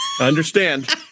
understand